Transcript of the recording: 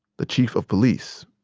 the chief of police,